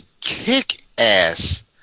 kick-ass